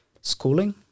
schooling